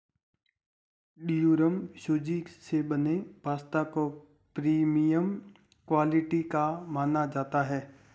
durum सूजी से बने पास्ता को प्रीमियम क्वालिटी का माना जाता है